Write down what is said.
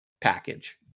package